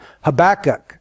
Habakkuk